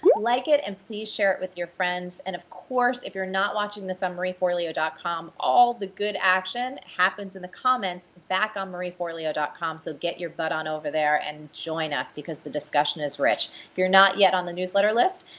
like it and please share it with your friends. and, of course, if you're not watching this on marieforleo dot com all the good action happens in the comments back on marieforleo com, so get your butt on over there and join us because the discussion is rich. if you're not yet on the newsletter list,